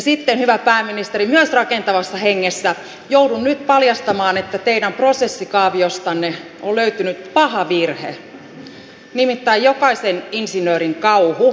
sitten hyvä pääministeri myös rakentavassa hengessä joudun nyt paljastamaan että teidän prosessikaaviostanne on löytynyt paha virhe nimittäin jokaisen insinöörin kauhu kehäpäätelmä